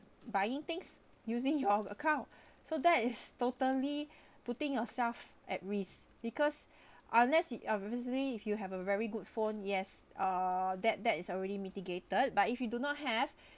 buying things using your account so that is totally putting yourself at risk because unless you obviously if you have a very good phone yes uh that that is already mitigated but if you do not have